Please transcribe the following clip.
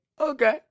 okay